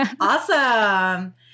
Awesome